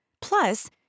Plus